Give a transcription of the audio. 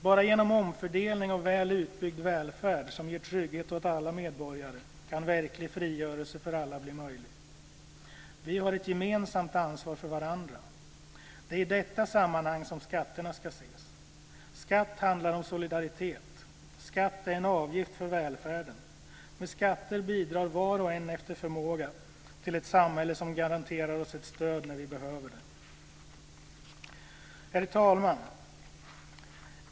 Bara genom omfördelning och väl utbyggd välfärd som ger trygghet åt alla medborgare kan verklig frigörelse för alla bli möjlig. Vi har ett gemensamt ansvar för varandra. Det är i detta sammanhang skatterna ska ses. Skatt handlar om solidaritet. Skatt är en avgift för välfärden. Med skatter bidrar var och en efter förmåga till ett samhälle som garanterar oss ett stöd när vi behöver det. Herr talman!